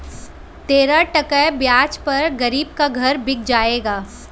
तेरह टका ब्याज पर गरीब का घर बिक जाएगा